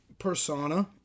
persona